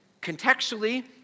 contextually